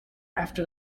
after